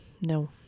No